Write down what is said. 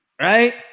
Right